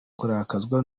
kurakazwa